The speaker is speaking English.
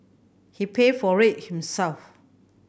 he paid for it himself